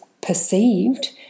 perceived